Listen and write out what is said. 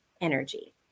energy